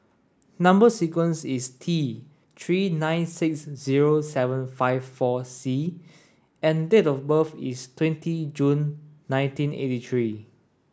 number sequence is T three nine six zero seven five four C and date of birth is twenty June nineteen eighty three